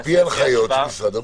על פי הנחיות משרד הבריאות.